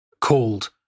called